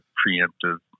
preemptive